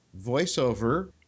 voiceover